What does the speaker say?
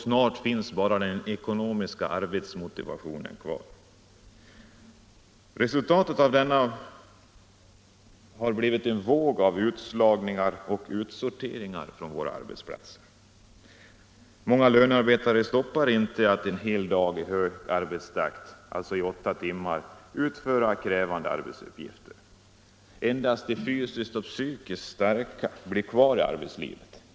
Snart finns bara den ekonomiska arbetsmotivationen kvar. Resultatet av detta har blivit en våg av utslagningar och utsorteringar från arbetsplatserna. Många lönarbetare stoppar inte för att i en hög arbetstakt under åtta timmar om dagen utföra krävande arbetsuppgifter. Endast de fysiskt och psykiskt starka blir kvar i arbetslivet.